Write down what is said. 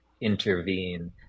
intervene